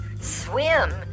swim